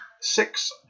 Six